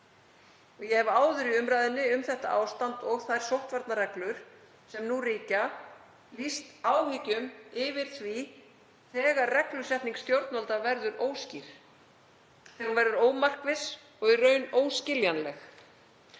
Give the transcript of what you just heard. Ég hef áður í umræðunni um þetta ástand og þær sóttvarnareglur sem nú ríkja lýst áhyggjum yfir því þegar reglusetning stjórnvalda verður óskýr og þegar hún verður ómarkviss og í raun óskiljanleg.